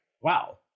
wow